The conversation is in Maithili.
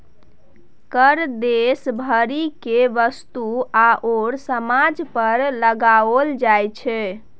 कर देश भरि केर वस्तु आओर सामान पर लगाओल जाइत छै